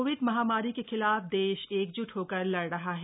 Covid महामारी के खिलाफ देश एकजुट होकर लड़ रहा है